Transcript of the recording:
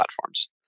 platforms